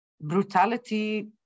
brutality